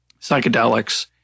psychedelics